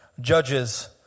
Judges